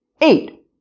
eight